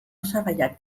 osagaiak